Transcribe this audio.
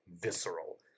visceral